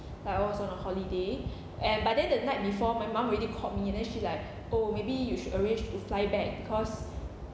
like I was on a holiday and but then the night before my mum already called me and then she's like oh maybe you should arrange to fly back because